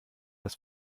das